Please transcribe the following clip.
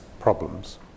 problems